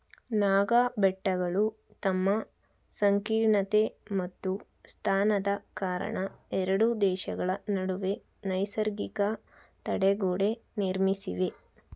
ನಾಗಾ ಬೆಟ್ಟಗಳು ತಮ್ಮ ಸಂಕೀರ್ಣತೆ ಮತ್ತು ಸ್ಥಾನದ ಕಾರಣ ಎರಡೂ ದೇಶಗಳ ನಡುವೆ ನೈಸರ್ಗಿಕ ತಡೆ ಗೊಡೆ ನಿರ್ಮಿಸಿವೆ